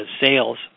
sales